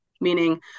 meaning